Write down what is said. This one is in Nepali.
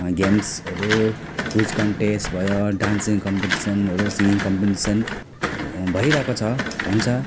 गेम्सहरू क्विज कन्टेस्ट भयो डान्सिङ कम्पिटिसनहरू सिङ्गिग कम्पिटिसन भइरहेको छ हुन्छ